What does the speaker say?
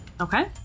Okay